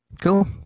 Cool